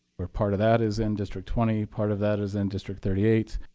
where part of that is in district twenty, part of that is in district thirty eight,